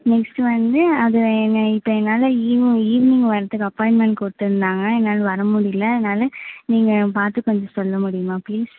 next வந்து அது என்ன இப்போ என்னால் ஈவு ஈவினிங் வரதுக்கு அப்பாயின்மென்ட் கொடுத்துருந்தாங்க என்னால் வர முடியல அதனால நீங்கள் பார்த்து கொஞ்சம் சொல்ல முடியுமா ப்ளீஸ்